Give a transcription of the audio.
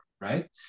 right